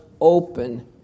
open